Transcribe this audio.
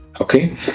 okay